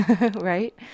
right